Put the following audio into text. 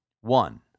One